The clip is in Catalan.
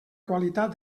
qualitat